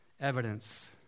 evidence